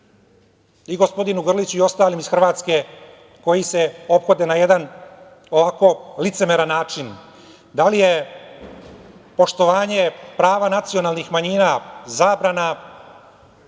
i gospodinu Grliću i ostalim iz Hrvatske koji se ophode na jedan licemeran način - da li je poštovanje prava nacionalnih manjina zabrana